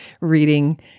reading